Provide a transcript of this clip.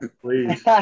please